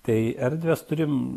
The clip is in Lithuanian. tai erdves turim